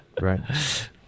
Right